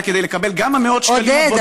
כדי לקבל גם את המאות שקלים הבודדים האלה.